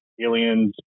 aliens